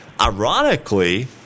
ironically